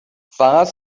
فقط